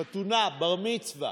חתונה, בר מצווה.